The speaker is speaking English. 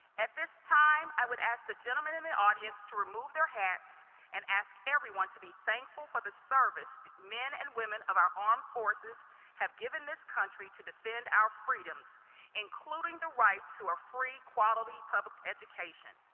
at this time i would ask the gentlemen in the audience to remove their hats and ask everyone to be thankful for the service men and women of our armed forces have given this country to defend our freedoms including the right to a free quality public education,